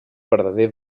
verdader